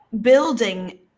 building